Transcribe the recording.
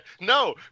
no